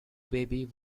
baby